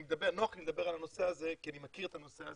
נוח לי לדבר על הנושא הזה כי אני מכיר את הנושא,